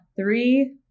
three